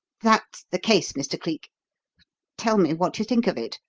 that's the case, mr. cleek tell me what you think of it.